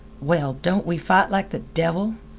well, don't we fight like the devil?